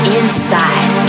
inside